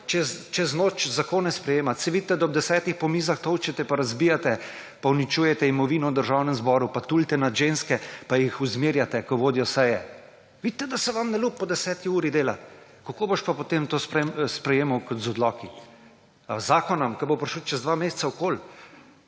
čez noč zakonov sprejemati. Saj vidite, da ob desetih po mizah tolčete, pa razbijate, pa uničujete imovino v Državnem zboru, pa tulite nad ženskami in jih ozmerjate, ki vodijo seje. Vidite, da se vam ne ljubi po deseti uri delati. Kako boš pa potem to sprejemal kot z odloki? Ali z zakonom, ki bo prišel čez dva meseca okoli,